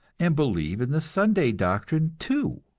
and believe in the sunday doctrine, too.